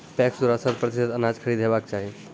PACS द्वारा शत प्रतिसत अनाज खरीद हेवाक चाही?